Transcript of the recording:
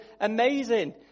amazing